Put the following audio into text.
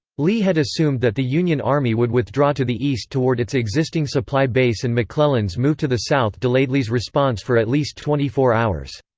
lee had assumed that the union army would withdraw to the east toward its existing supply base and mcclellan's move to the south delayed lee's response for at least twenty four hours.